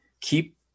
Keep